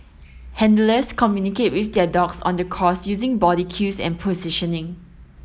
handlers communicate with their dogs on the course using body cues and positioning